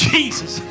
Jesus